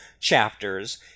chapters